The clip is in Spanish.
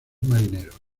marineros